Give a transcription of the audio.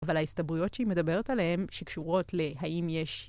אבל ההסתברויות שהיא מדברת עליהן שקשורות להאם יש